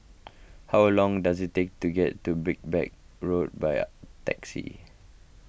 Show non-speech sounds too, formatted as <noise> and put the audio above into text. how long does it take to get to <unintelligible> Road by taxi